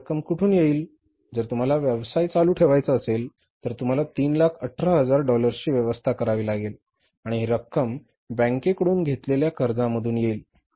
आता ही रक्कम कुठून येईल जर तुम्हाला व्यवसाय चालू ठेवायचा असेल तर तुम्हाला 318000 डॉलर्सची व्यवस्था करावी लागेल आणि ही रक्कम बँकेकडून घेतलेल्या कर्जामधून येईल